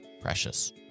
precious